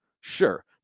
sure